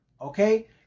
okay